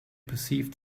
perceived